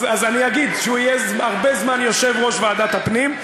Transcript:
אז אני אגיד שהוא יהיה הרבה זמן יושב-ראש ועדת הפנים,